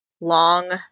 long